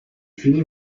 fini